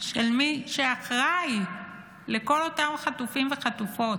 של מי שאחראי לכל אותם חטופים וחטופות.